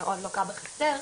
מאוד לוקה בחסר.